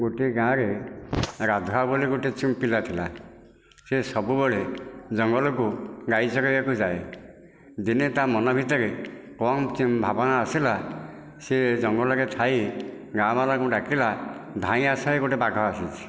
ଗୋଟିଏ ଗାଁରେ ରାଧା ବୋଲି ଗୋଟିଏ ପିଲା ଥିଲା ସେ ସବୁବେଳେ ଜଙ୍ଗଲକୁ ଗାଈ ଚରେଇବାକୁ ଯାଏ ଦିନେ ତା ମନ ଭିତରେ କ'ଣ ଭାବନା ଆସିଲା ସେ ଜଙ୍ଗଲରେ ଥାଇ ଗାଁ ବାଲାଙ୍କୁ ଡାକିଲା ଧାଇଁ ଆସ ହେ ଗୋଟିଏ ବାଘ ଆସୁଛି